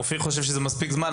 אופיר חושב שזה מספיק זמן.